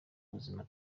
buzima